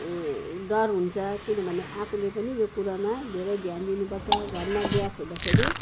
डर हुन्छ किनभने आफूले पनि यो कुरामा धेरै ध्यान दिनुपर्छ घरमा ग्यास हुँदाखेरि